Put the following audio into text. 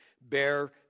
bear